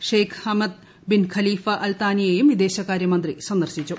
Sheikh Hamad bin Khalifa Al താനിയെയും വിദേശകാരൃ മന്ത്രി സന്ദർശിച്ചു